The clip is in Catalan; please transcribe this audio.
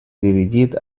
dirigit